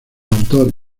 autor